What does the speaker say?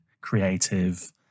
creative